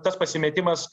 tas pasimetimas